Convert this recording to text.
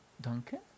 Duncan